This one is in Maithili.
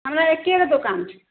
हमरा एकेगो दोकान छै